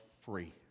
free